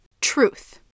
truth